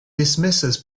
dismisses